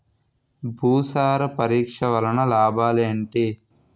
భూసార పరీక్ష వలన లాభాలు ఏంటి?